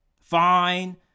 fine